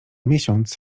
miesiąc